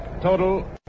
total